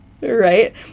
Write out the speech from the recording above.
Right